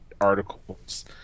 articles